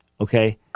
okay